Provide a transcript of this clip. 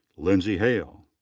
lindsey haehl.